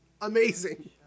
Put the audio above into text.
amazing